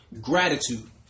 gratitude